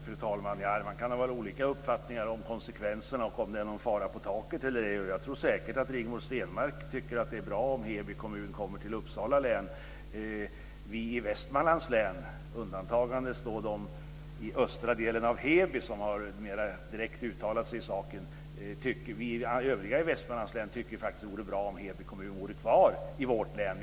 Fru talman! Man kan nog ha olika uppfattningar om konsekvenserna och om ifall det är någon fara på taket eller ej. Jag tror säkert att Rigmor Stenmark tycker att det är bra om Heby kommun kommer till Uppsala län. Vi i Västmanlands län, med undantag av dem som bor i östra delen av Heby, som mera direkt har uttalat sig i saken, tycker faktiskt att det vore bra om Heby vore kvar i vårt län.